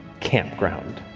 campground.